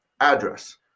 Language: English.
address